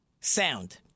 sound